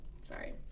Sorry